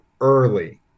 early